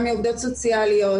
גם מעובדות סוציאליות,